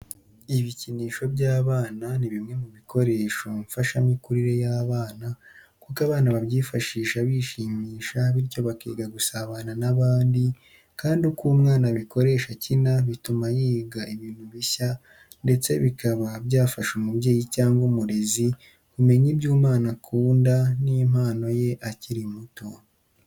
Ibikinisho by'abana, ni bimwe mu bikoresho mfashamikurire y'abana, kuko abana babyifashisha bishimisha bityo bakiga gusabana n'abandi, kandi uko umwana abikoresha akina bituma yiga ibintu bishya, ndetse bikaba byafasha umubyeyi cyangwa umurezi kumenya ibyo umwana akunda n'impano ye akiri muto.